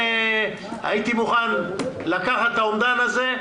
הייתי מוכן לקחת את האומדן הזה.